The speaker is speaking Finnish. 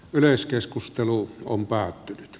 yleiskeskustelu on pääät